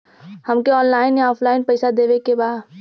हमके ऑनलाइन या ऑफलाइन पैसा देवे के बा?